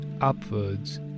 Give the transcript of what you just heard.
upwards